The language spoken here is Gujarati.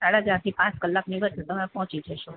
આપણે સાડા ચાર થી પાંચ કલાકની વચ્ચે તમે પહોંચી જશો